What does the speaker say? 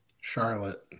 Charlotte